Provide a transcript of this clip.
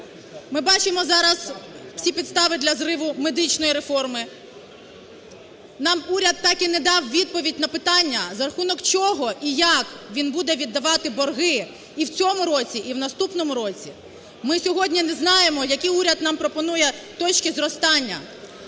Ми бачимо зараз всі підстави для зриву медичної реформи. Нам уряд так і не дав відповідь на питання, за рахунок чого і як він буде віддавати борги і в цьому, і в наступному році. Ми сьогодні не знаємо, які уряд нам пропонує точки зростання.